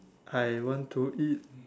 I want to eat